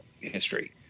history